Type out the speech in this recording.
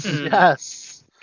yes